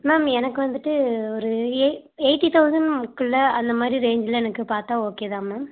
ma'am எனக்கு வந்துவிட்டு ஒரு எ எயிட்டி தௌசண்ட்க்குள்ளே அந்தமாதிரி ரேஞ்சில் எனக்கு பார்த்தா ஓகே தான் மேம்